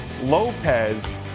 Lopez